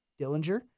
Dillinger